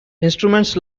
instruments